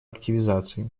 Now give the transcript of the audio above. активизации